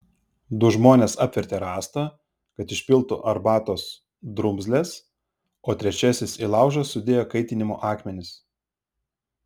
du žmonės apvertė rąstą kad išpiltų arbatos drumzles o trečiasis į laužą sudėjo kaitinimo akmenis